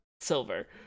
Silver